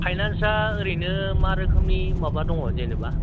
फायनान्सा ओरैनो मा रोखोमनि माबा दङ जेनेबा